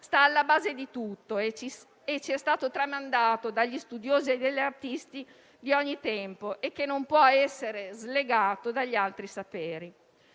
sta alla base di tutto e ci è stato tramandato dagli studiosi e dagli artisti di ogni tempo e che non può essere slegato dagli altri saperi.